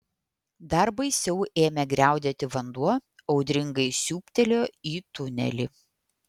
dar baisiau ėmė griaudėti vanduo audringai siūbtelėjo į tunelį